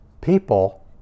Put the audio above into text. people